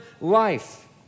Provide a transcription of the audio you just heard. life